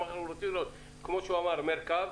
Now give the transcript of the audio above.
כמו שהוא אמר מרכב,